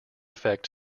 effect